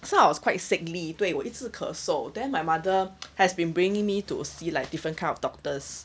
so I was quite sickly 对我一直咳嗽 then my mother has been bringing me to see like different kind of doctors